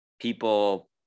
people